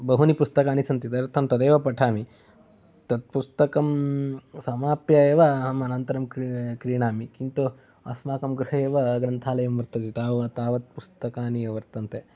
बहूनि पुस्तकानि सन्ति तदर्थं तदेव पठामि तद् पुस्तकं समाप्य एव अहं अनन्तरं क्रीणामि किन्तु अस्माकं गृहे एव ग्रन्थालयं वर्तते तावत् तावत् पुस्तकानि वर्तन्ते